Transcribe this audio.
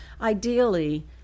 ideally